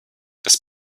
das